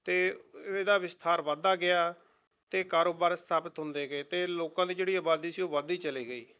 ਅਤੇ ਇਹਦਾ ਵਿਸਥਾਰ ਵੱਧਦਾ ਗਿਆ ਅਤੇ ਕਾਰੋਬਾਰ ਸਥਾਪਿਤ ਹੁੰਦੇ ਗਏ ਅਤੇ ਲੋਕਾਂ ਦੀ ਜਿਹੜੀ ਆਬਾਦੀ ਸੀ ਉਹ ਵੱਧਦੀ ਚਲੀ ਗਈ